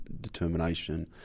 determination